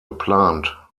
geplant